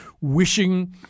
wishing